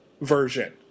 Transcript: version